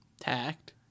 Tact